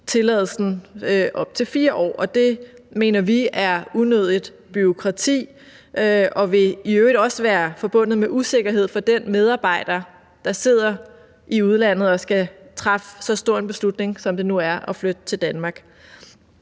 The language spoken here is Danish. tilladelsen i op til 4 år. Vi mener, at det er unødigt bureaukrati, og det vil i øvrigt også være forbundet med usikkerhed for den medarbejder, der sidder i udlandet og skal træffe så stor en beslutning, som det nu er at flytte til Danmark.